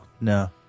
No